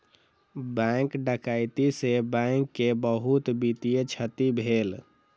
bank डकैती से bank के बहुत वित्तीय क्षति भेल